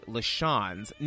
LaShawns